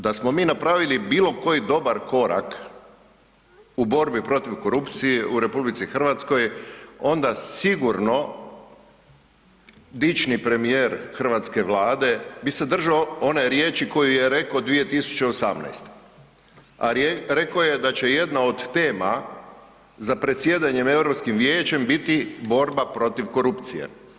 Da smo mi napravili bilo koji dobar korak u borbi protiv korupcije u RH, onda sigurno dični premijer hrvatske Vlade bi se držao one riječi koju je rekao 2018., a rekao je da će jedna od tema za predsjedanje EU vijećem biti borba protiv korupcije.